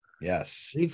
Yes